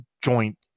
joint